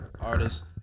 artist